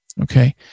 okay